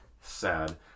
Sad